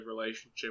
relationship